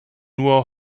nur